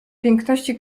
piękności